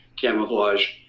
camouflage